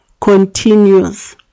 continues